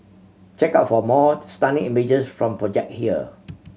check out for more stunning images from the project here